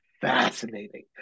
fascinating